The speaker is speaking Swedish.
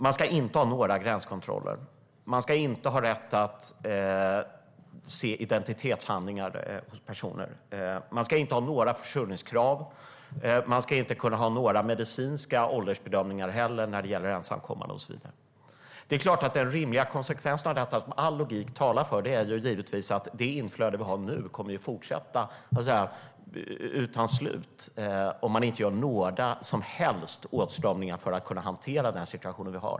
Man ska inte ha några gränskontroller, man ska inte ha rätt att se personers identitetshandlingar, man ska inte ha några försörjningskrav, man ska inte heller kunna göra några medicinska åldersbedömningar av ensamkommande och så vidare. Den rimliga konsekvensen av detta, och som all logik talar för, är givetvis att det inflöde vi har nu kommer att fortsätta utan slut om man inte gör några som helst åtstramningar för att kunna hantera nuvarande situation.